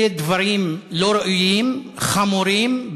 אלה דברים לא ראויים, חמורים.